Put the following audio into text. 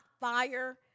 fire